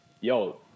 yo